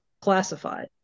classified